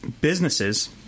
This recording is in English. businesses